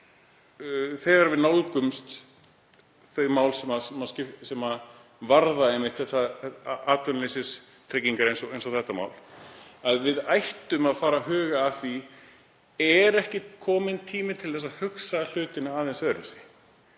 þegar við nálgumst þau mál sem varða einmitt atvinnuleysistryggingar, eins og þetta mál, að við ættum að fara að huga að því hvort ekki er kominn tími til að hugsa hlutina aðeins öðruvísi.